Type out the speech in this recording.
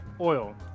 oil